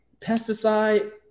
pesticide